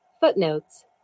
Footnotes